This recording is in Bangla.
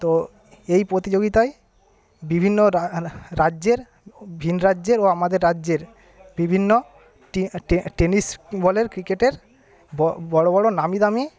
তো এই প্রতিযোগিতায় বিভিন্ন রাজ্যের ভিন রাজ্যের ও আমাদের রাজ্যের বিভিন্ন টেনিস বলের ক্রিকেটের বড়ো বড়ো নামি দামি